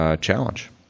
challenge